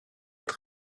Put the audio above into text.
ett